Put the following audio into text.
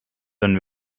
wenn